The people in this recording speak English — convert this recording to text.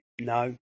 no